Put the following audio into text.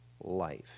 life